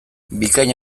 bikain